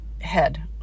head